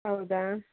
ಹೌದಾ